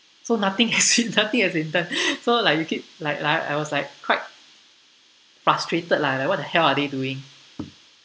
so nothing has been nothing has been done so like you keep like like I was like quite frustrated lah like what the hell are they doing